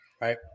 Right